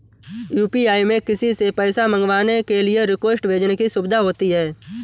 UPI में किसी से पैसा मंगवाने के लिए रिक्वेस्ट भेजने की सुविधा होती है